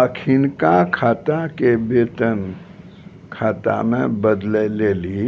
अखिनका खाता के वेतन खाता मे बदलै लेली